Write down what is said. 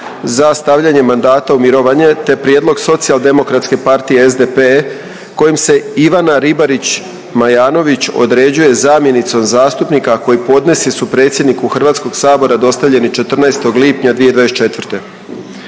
za stavljanje mandata u mirovanje te prijedlog Socijaldemokratske partije SDP kojim se Ivana Ribarić Majanović određuje zamjenicom zastupnika, a koji podnesci su predsjedniku Hrvatskog sabora dostavljeni 14. lipnja 2024.